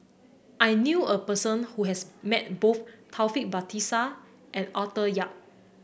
I knew a person who has met both Taufik Batisah and Arthur Yap